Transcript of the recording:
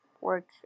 work